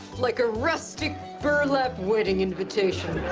like a rustic burlap wedding invitation.